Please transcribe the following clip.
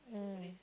mm